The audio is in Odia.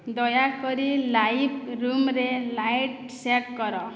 ଦୟାକରି ଲାଇଟ୍ ରୁମ୍ରେ ଲାଇଟ୍ ସେଟ୍ କର